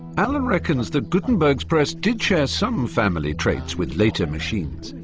alan reckons that gutenberg's press did share some family traits with later machines.